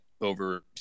over